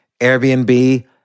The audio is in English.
Airbnb